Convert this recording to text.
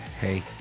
Hey